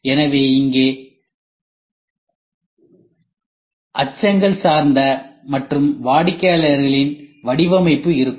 எனவே இங்கே அச்சங்கள் சார்ந்த மற்றும் வகைகளின் வடிவமைப்பு இருக்கும்